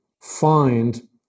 find